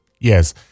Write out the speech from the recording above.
Yes